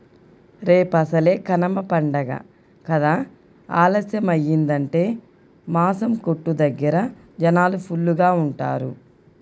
రేపసలే కనమ పండగ కదా ఆలస్యమయ్యిందంటే మాసం కొట్టు దగ్గర జనాలు ఫుల్లుగా ఉంటారు